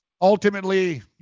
Ultimately